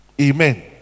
Amen